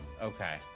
Okay